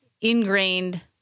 ingrained